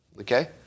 Okay